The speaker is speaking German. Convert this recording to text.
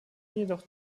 jedoch